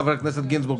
חבר הכנסת גינזבורג,